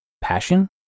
passion